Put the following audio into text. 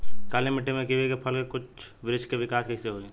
काली मिट्टी में कीवी के फल के बृछ के विकास कइसे होई?